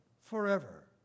forever